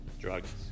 drugs